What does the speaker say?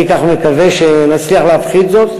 אני מקווה שנצליח להפחית זאת,